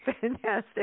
fantastic